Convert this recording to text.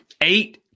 Eight